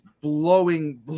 blowing